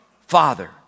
Father